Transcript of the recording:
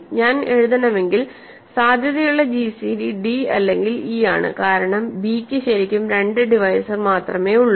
ഞാൻ എഴുതണമെങ്കിൽ സാധ്യതയുള്ള gcd d അല്ലെങ്കിൽ e ആണ് കാരണം b ക്ക് ശരിക്കും 2 ഡിവൈസർ മാത്രമേ ഉള്ളൂ